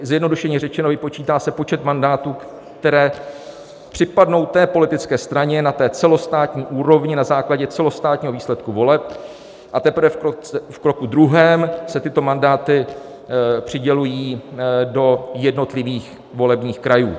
Zjednodušeně řečeno, vypočítá se počet mandátů, které připadnou politické straně na celostátní úrovni na základě celostátního výsledku voleb, a teprve v kroku druhém se tyto mandáty přidělují do jednotlivých volebních krajů.